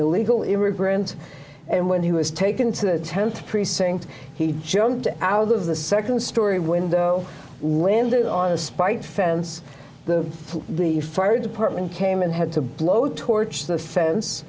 illegal immigrant and when he was taken to the tenth precinct he jumped out of the second story window landed on a spite fence the the fire department came and had to blowtorch the fen